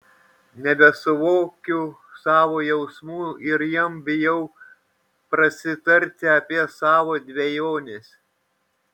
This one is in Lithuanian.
nebesuvokiu savo jausmų o ir jam bijau prasitarti apie savo dvejones